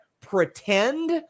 pretend